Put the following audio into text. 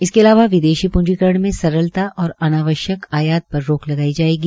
इसके अलावा विदेशी प्ंजीकरण में सरलता और अनावश्यक आयात पर रोक लगाई जायेगी